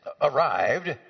arrived